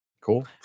Cool